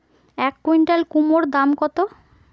এক কুইন্টাল কুমোড় দাম কত?